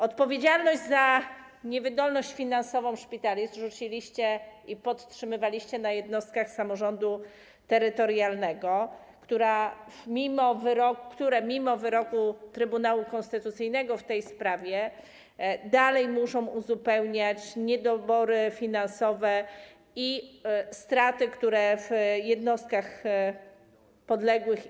Odpowiedzialność za niewydolność finansową szpitali zrzuciliście i podtrzymywaliście na jednostkach samorządu terytorialnego, które mimo wyroku Trybunału Konstytucyjnego w tej sprawie dalej muszą uzupełniać niedobory finansowe i straty, które powstają w jednostkach im podległych.